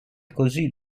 così